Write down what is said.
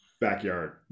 backyard